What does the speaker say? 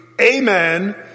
Amen